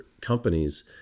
companies